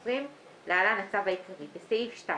התשפ"ף-2020 (להלן הצו העיקרי), בסעיף 2